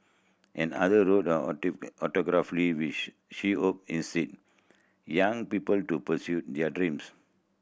and other wrote her autobiography which she hope in say young people to pursue their dreams